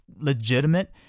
legitimate